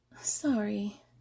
Sorry